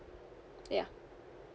yeah